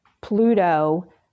Pluto